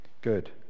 good